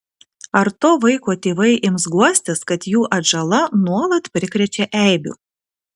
ar to vaiko tėvai ims guostis kad jų atžala nuolat prikrečia eibių